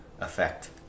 effect